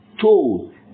told